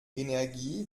energie